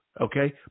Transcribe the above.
Okay